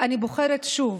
אני בוחרת שוב,